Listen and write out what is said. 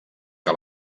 que